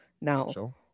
Now